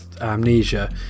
Amnesia